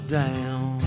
down